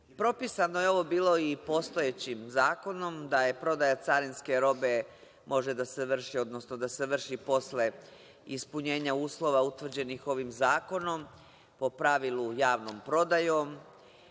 Propisano je ovo bilo i postojećim zakonom, da prodaja carinske robe može da se vrši, odnosno da se vrši posle ispunjenja uslova utvrđenih ovim zakonom, po pravilu javnom prodajom